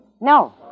No